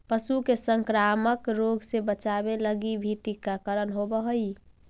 पशु के संक्रामक रोग से बचावे लगी भी टीकाकरण होवऽ हइ